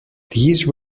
these